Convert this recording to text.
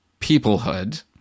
Peoplehood